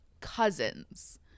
cousins